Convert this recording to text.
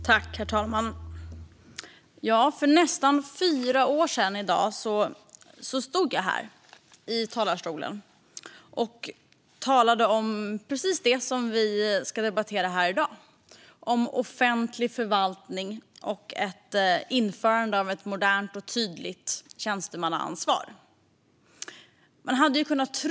Herr talman! För nästan fyra år sedan på dagen stod jag här i talarstolen och talade om precis det som vi debatterar i dag, nämligen offentlig förvaltning och införande av ett modernt och tydligt tjänstemannaansvar.